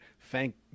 Thank